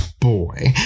boy